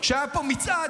היה פה מצעד,